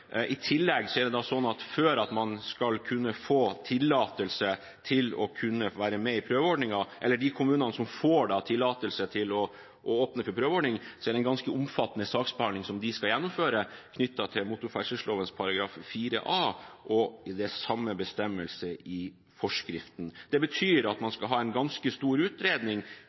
I tillegg er det sånn at for at man skal kunne få tillatelse til å være med i prøveordningen, eller for de kommunene som får tillatelse til å åpne for prøveordning, er det en ganske omfattende saksbehandling de skal gjennomføre, knyttet til motorferdselloven § 4 a og samme bestemmelse i forskriften. Det betyr at man skal ha en ganske stor utredning